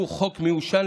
שהוא חוק מיושן,